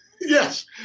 yes